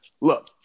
Look